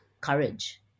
courage